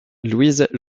louise